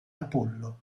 apollo